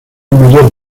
mayor